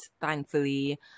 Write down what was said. thankfully